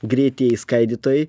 greitieji skaidytojai